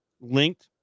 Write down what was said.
linked